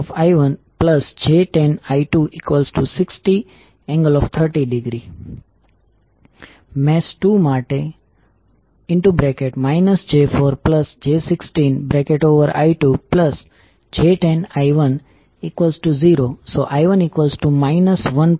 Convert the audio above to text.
mesh 1 માટે 10j20I1j10I260∠30° mesh 2 માટે j4j16I2j10I10⇒I1 1